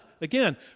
Again